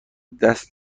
دست